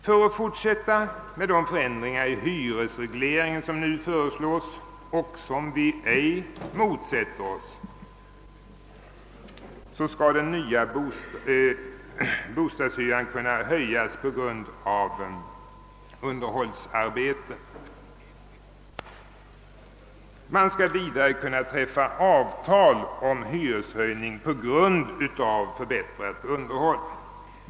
För att fortsätta med de nu föreslagna förändringarna i hyresregleringen — som vi ej motsätter oss — kan jag nämna förslaget att den nya bostadshyran skall kunna höjas på grund av underhållsarbete. Man skall vidare kunna träffa avtal om hyreshöjning på grund av förbättrat underhåll.